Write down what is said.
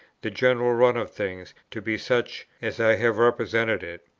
the general run of things to be such as i have represented it.